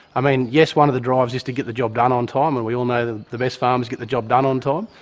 i mean, yes, one of the drives is to get the job done on time, and we all know that the best farmers get the job done on time,